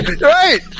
right